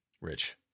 rich